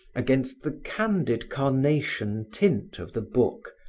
against the candid carnation tint of the book,